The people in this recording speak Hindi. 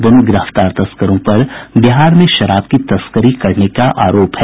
दोनों गिरफ्तार तस्करों पर बिहार में शराब की तस्करी करने का आरोप है